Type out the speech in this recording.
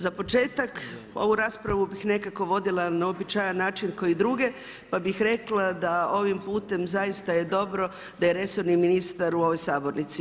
Za početak ovu raspravu bih nekako vodila na uobičajan način kao i druge pa bih rekla da ovim putem zaista je dobro da je resorni ministar u ovoj sabornici.